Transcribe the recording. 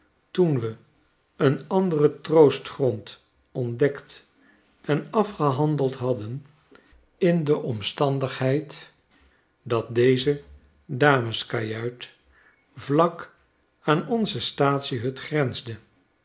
toen we een anderen troostgrond ontdekt en afgehandeld hadden in de omtafidigheid dat deze dameskajuit vlak aan onze staatsie hut grensde